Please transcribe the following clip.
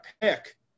pick